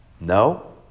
No